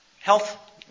Health